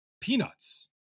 peanuts